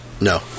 No